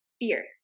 fear